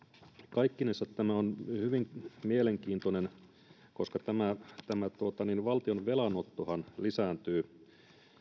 kaikkinensa tämä on hyvin mielenkiintoista koska valtion velanottohan lisääntyy